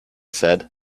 said